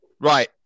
Right